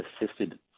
assisted